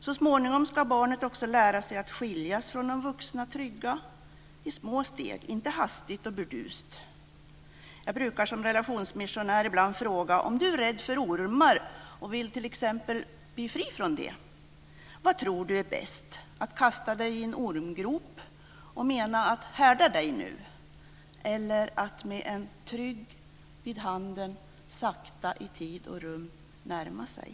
Så småningom ska barnet också lära sig att skiljas från de vuxna trygga i små steg - inte hastigt och burdust. Jag brukar som relationsmissionär ibland ställa en fråga. Tänk dig att du rädd för ormar t.ex. och vill bli fri från det. Vad tror du då är bäst - att kasta dig i en ormgrop och mena att det ska härda dig, eller att med en trygg person i handen sakta i tid och rum närma sig?